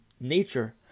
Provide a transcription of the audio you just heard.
nature